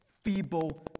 feeble